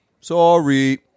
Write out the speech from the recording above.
Sorry